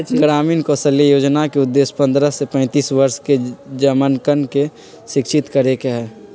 ग्रामीण कौशल्या योजना के उद्देश्य पन्द्रह से पैंतीस वर्ष के जमनकन के शिक्षित करे के हई